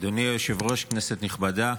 אדוני היושב-ראש, כנסת נכבדה,